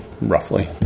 roughly